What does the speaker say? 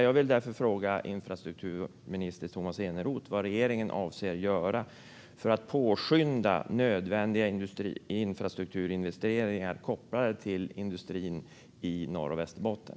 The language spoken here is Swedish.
Jag vill därför fråga infrastrukturminister Tomas Eneroth vad regeringen avser att göra för att påskynda nödvändiga infrastrukturinvesteringar kopplade till industrin i Norr och Västerbotten.